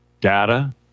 data